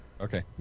Okay